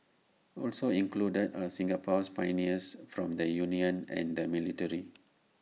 also included are Singapore's pioneers from the unions and the military